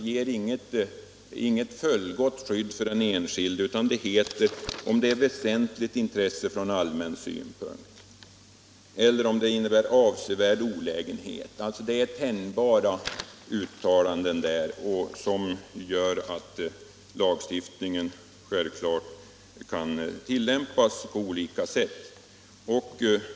Det finns inget fullgott skydd för den enskilde, utan det talas om ”ett väsentligt intresse från allmän synpunkt” eller ”avsevärd olägenhet”. Det är tänjbara uttalanden som gör att lagstiftningen kan tillämpas på olika sätt.